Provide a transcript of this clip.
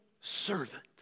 servant